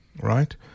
right